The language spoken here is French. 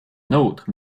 nôtre